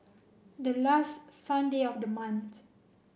the last Sunday of the month